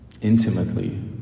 intimately